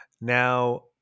Now